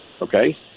Okay